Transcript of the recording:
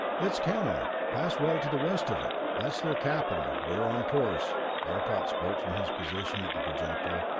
it's kanor. pass well to the west of it. that's their capital. we're on course. arcot spoke from his position at the projector,